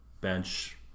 bench